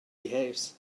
behaves